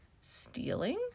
stealing